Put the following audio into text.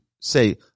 say